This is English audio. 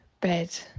bed